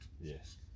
Yes